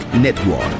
Network